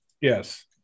Yes